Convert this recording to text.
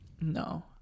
No